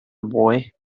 boy